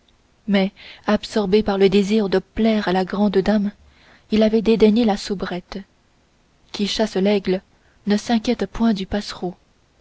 mais absorbé par le désir de plaire à la grande dame il avait dédaigné la soubrette qui chasse l'aigle ne s'inquiète pas du passereau